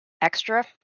extra